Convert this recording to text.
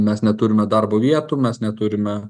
mes neturime darbo vietų mes neturime